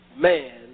man